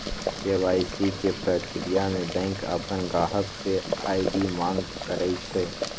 KYC के परक्रिया में बैंक अपन गाहक से आई.डी मांग करई छई